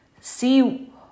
see